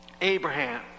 Abraham